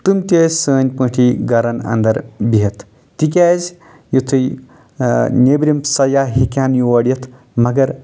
تِم تہِ ٲسۍ سٲنۍ پٲٹھۍ گرن انٛدر بِہِتھ تِکیٛازِ یِتُھے نٮ۪برِم سیاح ہٮ۪کہِ ہا نہٕ یوریِتھ مگر